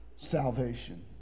salvation